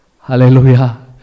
Hallelujah